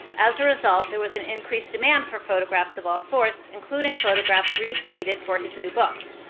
as a result, there was an increased demand for photographs of all sorts, including photographs riis needed for his new books.